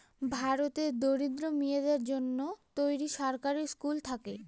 ভারতের দরিদ্র মেয়েদের জন্য তৈরী সরকারি স্কুল থাকে